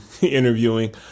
interviewing